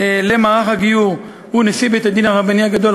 למערך הגיור הוא נשיא בית-הדין הרבני הגדול,